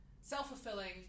self-fulfilling